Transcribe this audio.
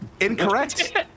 incorrect